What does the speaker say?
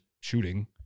shooting